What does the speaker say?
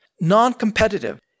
non-competitive